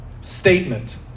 statement